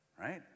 right